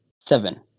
seven